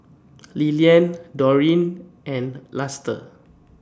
Lillian Dorene and Luster